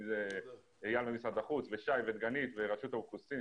אם זה אייל ממשרד החוץ ושי ודגנית ורשות האוכלוסין,